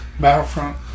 Battlefront